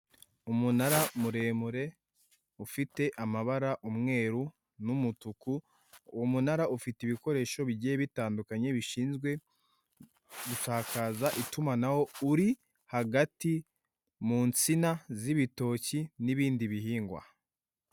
Umunara muremure ufite amabara umweru n'umutuku uwo munara ufite ibikoresho bigiye bitandukanye bishinzwe gusakaza itumanaho uri hagati mu nsina z'ibitoki n'ibindi bihingwa.